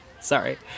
Sorry